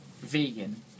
vegan